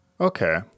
okay